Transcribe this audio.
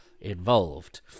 involved